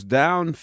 down